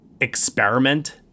experiment